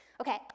okay